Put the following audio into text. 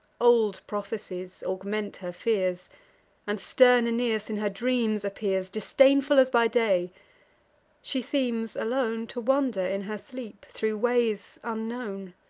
old prophecies augment her fears and stern aeneas in her dreams appears, disdainful as by day she seems, alone, to wander in her sleep, thro' ways unknown,